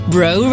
Bro